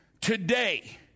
today